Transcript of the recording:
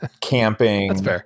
camping